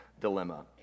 dilemma